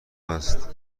است